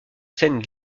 scène